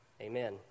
Amen